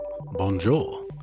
Bonjour